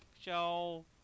show